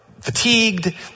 fatigued